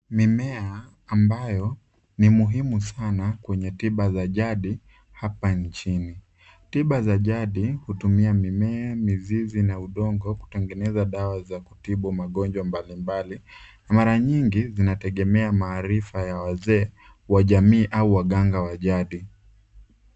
Mimea ambayo ni muhimu sana kwenye tiba za jadi hapa nchini. Tiba za jadi hutumia mimea, mizizi na udongo kutengeneza dawa za kutibu magonjwa mbali mbali. Mara nyingi zinategea maarifa ya wazee wa jamii au waganga wa jadi.